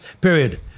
period